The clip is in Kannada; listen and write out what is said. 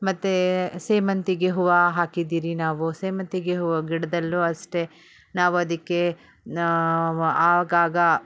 ಮತ್ತು ಸೇವಂತಿಗೆ ಹೂವು ಹಾಕಿದ್ದೀರಿ ನಾವು ಸೇವಂತಿಗೆ ಹೂವು ಗಿಡದಲ್ಲೂ ಅಷ್ಟೇ ನಾವು ಅದಕ್ಕೆ ಆಗಾಗ